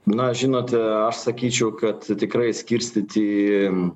na žinote aš sakyčiau kad tikrai skirstyti